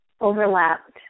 overlapped